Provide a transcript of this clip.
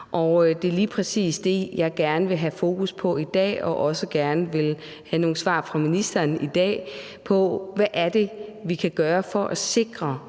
det er lige præcis det, jeg gerne vil have fokus på i dag. Og jeg vil også gerne vil have nogle svar fra ministeren i dag på, hvad det er, vi kan gøre for at sikre,